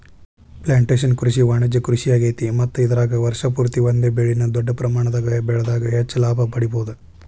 plantation ಕೃಷಿ ವಾಣಿಜ್ಯ ಕೃಷಿಯಾಗೇತಿ ಮತ್ತ ಇದರಾಗ ವರ್ಷ ಪೂರ್ತಿ ಒಂದೇ ಬೆಳೆನ ದೊಡ್ಡ ಪ್ರಮಾಣದಾಗ ಬೆಳದಾಗ ಹೆಚ್ಚ ಲಾಭ ಪಡಿಬಹುದ